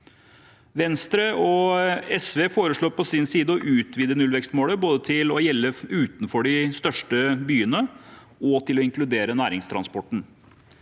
Venstre og SV foreslår på sin side å utvide nullvekstmålet, både til å gjelde utenfor de største byene og til å inkludere næringstransporten.